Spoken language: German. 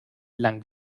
lang